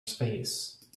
space